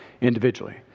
individually